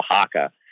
Oaxaca